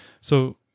So-